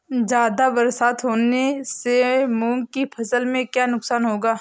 ज़्यादा बरसात होने से मूंग की फसल में क्या नुकसान होगा?